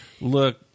Look